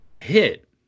hit